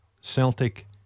Celtic